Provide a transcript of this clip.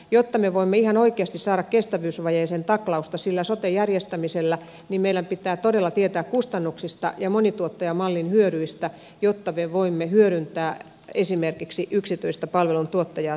jotta me voimme ihan oikeasti saada kestävyysvajeeseen taklausta sillä soten järjestämisellä niin meidän pitää todella tietää kustannuksista ja monituottajamallin hyödyistä jotta me voimme hyödyntää esimerkiksi yksityistä palveluntuottajaa tai järjestöä